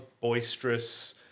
boisterous